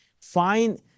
Find